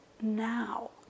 now